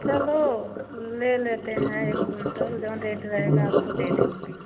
चलो ले लेते हैं एक कुंटल जौन रेट रहेगा आपको दे दूँगी